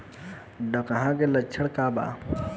डकहा के लक्षण का वा?